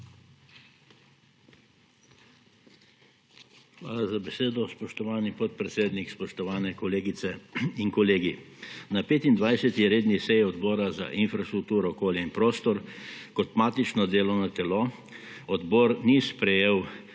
Hvala za besedo, spoštovani podpredsednik. Spoštovani kolegice in kolegi! Na 25. redni seji Odbora za infrastrukturo, okolje in prostor kot matičnega delovnega telesa odbor ni sprejel